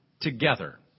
together